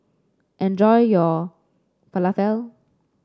enjoy your Falafel